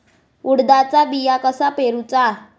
उडदाचा बिया कसा पेरूचा?